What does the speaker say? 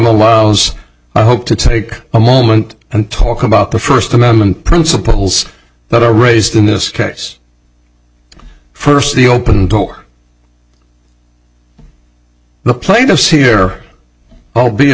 allows i hope to take a moment and talk about the first amendment principles that are raised in this case first the open door the plaintiffs here all be a